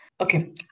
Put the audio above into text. okay